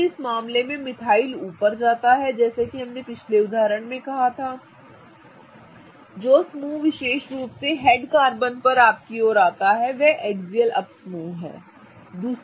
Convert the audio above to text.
इसलिए इस मामले में मिथाइल ऊपर जाता है जैसा कि हमने पिछले उदाहरण में कहा था जो समूह विशेष रूप से हेड कार्बन पर आपकी ओर आता है वह एक्सियल अप समूह है